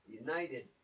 United